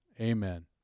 Amen